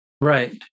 Right